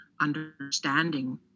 understanding